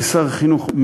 כשר החינוך,